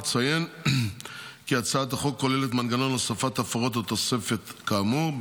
אציין כי הצעת החוק כוללת מנגנון הוספת הפרות או תוספת כאמור,